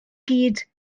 gyd